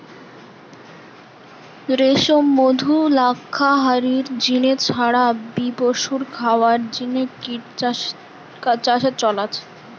রেশম, মধু, লাক্ষা হারির জিনে ছাড়া বি পশুর খাবারের জিনে কিট চাষের চল আছে